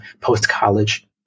post-college